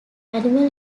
animal